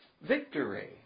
victory